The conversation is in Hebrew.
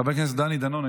חבר הכנסת דני דנון,